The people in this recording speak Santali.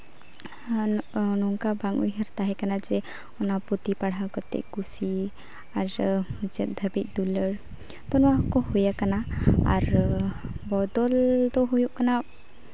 ᱟᱨ ᱱᱚᱝᱠᱟ ᱵᱟᱝ ᱩᱭᱦᱟᱹᱨ ᱛᱟᱦᱮᱸ ᱠᱟᱱᱟ ᱡᱮ ᱚᱱᱟ ᱯᱩᱛᱷᱤ ᱯᱟᱲᱦᱟᱣ ᱠᱟᱛᱮᱫ ᱠᱩᱥᱤ ᱟᱨ ᱢᱩᱪᱟᱹᱫ ᱫᱷᱟᱹᱵᱤᱡ ᱫᱩᱞᱟᱹᱲ ᱛᱳ ᱱᱚᱣᱟ ᱠᱚ ᱦᱩᱭᱟᱠᱟᱱᱟ ᱟᱨ ᱵᱚᱫᱚᱞ ᱫᱚ ᱦᱩᱭᱩᱜ ᱠᱟᱱᱟ